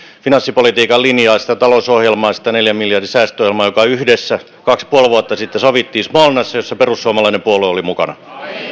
finanssipolitiikan linjaa sitä talousohjelmaa sitä neljän miljardin säästöohjelmaa joka yhdessä kaksi pilkku viisi vuotta sitten sovittiin smolnassa jossa perussuomalainen puolue oli mukana